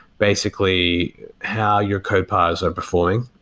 basically how your code paths are performing,